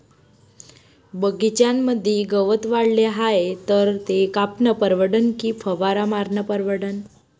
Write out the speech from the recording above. बगीच्यामंदी गवत वाढले हाये तर ते कापनं परवडन की फवारा मारनं परवडन?